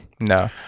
No